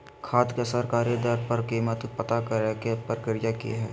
खाद के सरकारी दर पर कीमत पता करे के प्रक्रिया की हय?